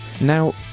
Now